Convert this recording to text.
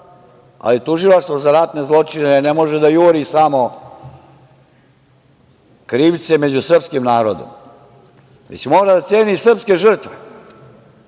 ali Tužilaštvo za ratne zločine ne može da juri samo krivce među srpskim narodom. Mora da ceni srpske žrtve,